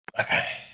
Okay